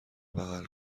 بغل